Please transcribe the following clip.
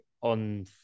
on